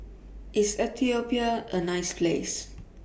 IS Ethiopia A nice Place